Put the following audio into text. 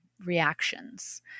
Reactions